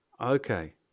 okay